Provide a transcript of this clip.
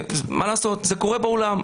מה לעשות, זה קורה בעולם.